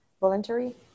voluntary